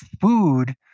food